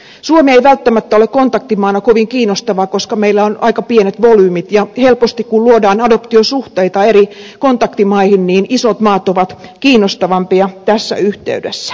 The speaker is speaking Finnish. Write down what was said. suomi ei välttämättä ole kontaktimaana kovin kiinnostava koska meillä on aika pienet volyymit ja helposti kun luodaan adoptiosuhteita eri kontaktimaihin isot maat ovat kiinnostavampia tässä yhteydessä